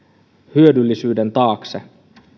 hyödyllisyyden taakse